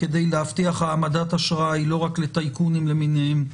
כדי להבטיח העמדת אשראי לא רק לטייקונים למיניהם,